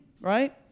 right